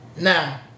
now